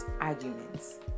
arguments